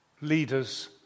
leaders